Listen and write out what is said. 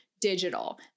digital